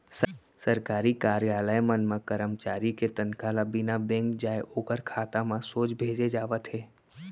सरकारी कारयालय मन म करमचारी के तनखा ल बिना बेंक जाए ओखर खाता म सोझ भेजे जावत हे